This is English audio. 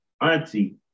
auntie